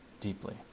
deeply